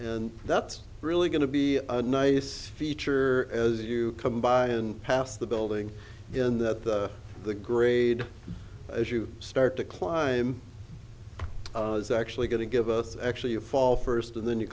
and that's really going to be a nice feature as you come by and pass the building in that the grade as you start to climb actually going to give us actually a fall first and then you